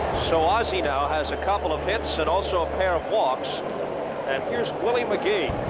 so, ozzie now has a couple of hits and also a pair of walks. and here's willie mcgee,